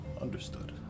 Understood